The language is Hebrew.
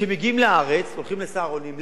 כשמגיעים לארץ, הולכים ל"סהרונים".